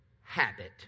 habit